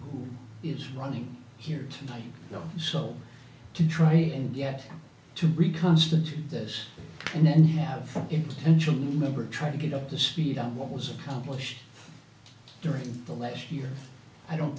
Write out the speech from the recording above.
who is running here tonight though so to try and get to reconstitute that and then have him potential new member trying to get up to speed on what was accomplished during the last year i don't